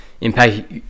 impact